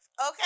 okay